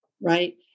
Right